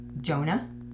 Jonah